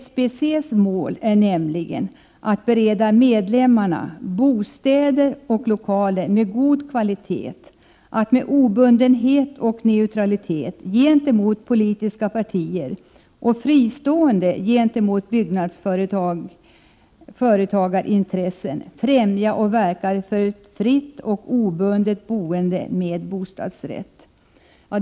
SBC:s mål är nämligen ”att bereda medlemmarna bostäder och lokaler med god kvalitet, att med obundenhet och neutralitet gentemot politiska partier och fristående gentemot byggnadsföretagarintressen främja och verka för ett fritt och obundet boende med bostadsrätt”.